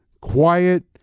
quiet